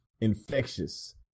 infectious